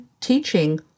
teaching